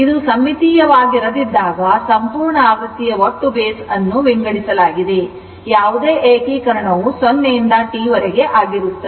ಇದು ಸಮ್ಮಿತೀಯವಾಗಿರದಿದ್ದಾಗ ಸಂಪೂರ್ಣ ಆವೃತ್ತಿಯ ಒಟ್ಟು base ಅನ್ನು ವಿಂಗಡಿಸಲಾಗಿದೆ ಯಾವುದೇ ಏಕೀಕರಣವು 0 ರಿಂದ T ಆಗಿರುತ್ತದೆ